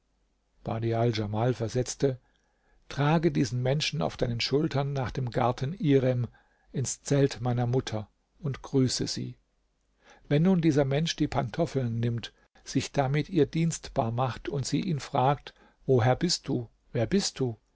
badial djamal versetzte trage diesen menschen auf deinen schultern nach dem garten irem ins zelt meiner mutter und grüße sie wenn nun dieser mensch die pantoffeln nimmt sich damit ihr dienstbar macht und sie ihn fragt woher bist du wer bist du